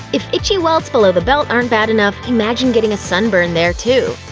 if itchy welts below the belt aren't bad enough, imagine getting a sunburn there too.